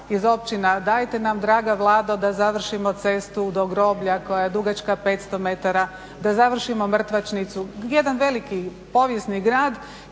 iz općina, dajte nam draga Vlado da završimo cestu do groblja koja je dugačka 500 metara, da završimo mrtvačnicu, jedan veliki povijesni grad